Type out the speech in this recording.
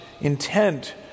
intent